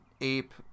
ape